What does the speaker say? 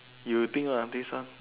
you think on this one